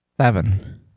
seven